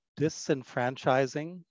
disenfranchising